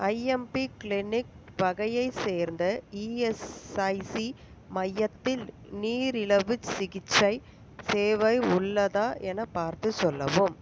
IMP clinic வகையைச் சேர்ந்த ESIC மையத்தில் நீரிழிவு சிகிச்சை சேவை உள்ளதா எனப் பார்த்துச் சொல்லவும்